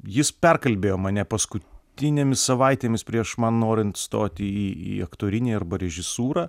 jis perkalbėjo mane paskutinėmis savaitėmis prieš man norint stoti į į aktorinį arba režisūrą